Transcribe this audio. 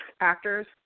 actors